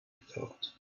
thought